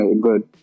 good